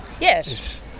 Yes